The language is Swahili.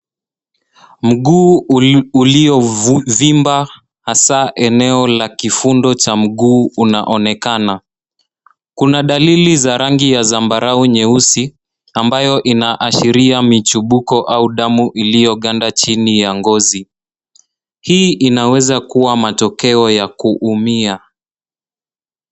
Mguu uliyovimba hasa eneo la kifundo cha mguu unaonekana. Kuna dalili za rangi ya zambarau nyeusi ambayo inaashiria michubuko au damu iliyoganda chini ya ngozi. Hii inaweza kuwa matokeo ya kuumia.